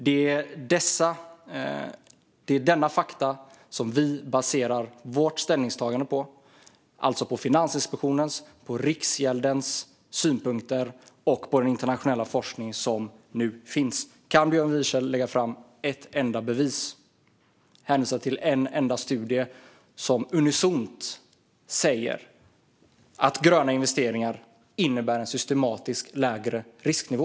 Det är på dessa fakta som vi baserar vårt ställningstagande, alltså på Finansinspektionens och Riksgäldens synpunkter och på den internationella forskning som nu finns. Kan Björn Wiechel lägga fram ett enda bevis eller hänvisa till en enda studie som unisont säger att gröna investeringar innebär en systematiskt lägre risknivå?